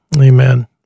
Amen